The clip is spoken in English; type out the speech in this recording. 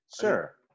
Sure